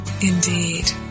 indeed